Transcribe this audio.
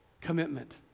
commitment